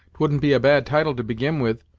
twouldn't be a bad title to begin with,